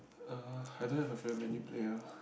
er I don't have a favourite Man_U player